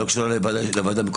היא לא קשורה לוועדה מקומית.